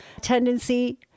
tendency